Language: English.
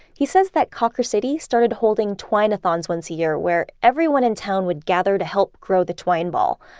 he says that cawker city started holding twine-a-thons once a year where everyone in town would gather to help grow the twine ball.